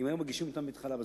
אם היו מגישים אותם מהתחלה בזמן.